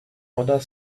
other